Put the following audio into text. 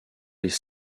les